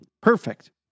perfect